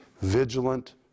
vigilant